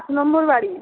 আট নম্বর বাড়ি